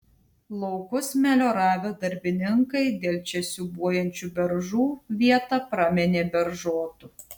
laukus melioravę darbininkai dėl čia siūbuojančių beržų vietą praminė beržotu